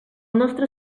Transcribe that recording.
nostre